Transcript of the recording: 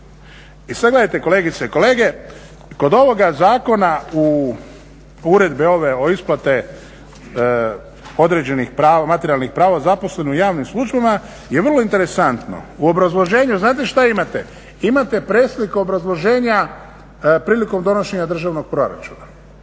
I sada gledajte kolegice i kolege, kod ovoga Zakona, o Uredbi ove o isplati određenih materijalnih prava zaposlenih u javnim službama je vrlo interesantno. U obrazloženju znate šta imate? Imate presliku obrazloženja prilikom donošenja državnog proračuna.